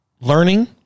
learning